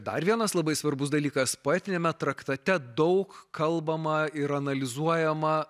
dar vienas labai svarbus dalykas poetiniame traktate daug kalbama ir analizuojama